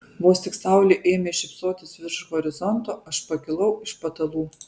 vos tik saulė ėmė šypsotis virš horizonto aš pakilau iš patalų